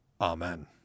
Amen